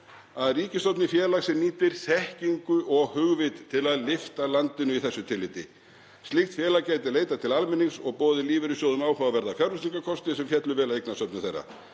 að ríkið stofni félag sem nýtir þekkingu og hugvit til að lyfta landinu í þessu tilliti. Slíkt félag gæti leitað til almennings og boðið lífeyrissjóðum áhugaverða fjárfestingarkosti sem féllu vel að eignasöfnum þeirra.